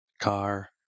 car